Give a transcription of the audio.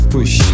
Push